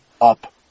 up